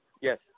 Yes